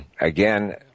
again